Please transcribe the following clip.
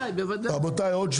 בוודאי, בוודאי.